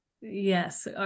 yes